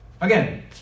Again